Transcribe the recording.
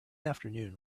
afternoon